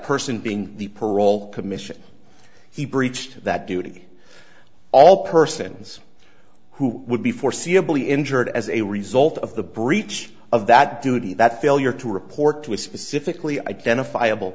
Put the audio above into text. person being the parole commission he breached that duty all persons who would be forseeable the injured as a result of the breach of that duty that failure to report to a specifically identifiable